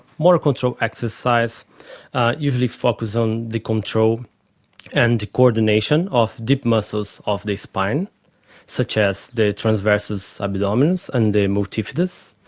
motor control exercises usually focus on the control and coordination of deep muscles of the spine such as the transversus abdominis and the multifidus.